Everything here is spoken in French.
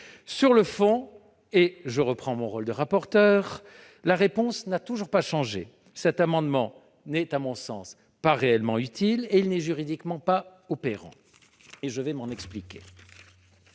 Sur le fond, et je reprends mon rôle de rapporteur, la réponse n'a toujours pas changé : cet amendement n'est, à mon sens, pas réellement utile et pas opérant juridiquement. Je vais m'en expliquer,